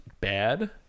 bad –